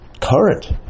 current